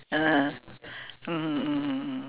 (uh huh) mmhmm mmhmm mm